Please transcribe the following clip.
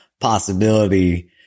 possibility